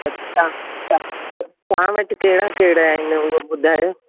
अच्छा त तव्हां वटि कहिड़ा कहिड़ा आहिनि हूअ ॿुधायो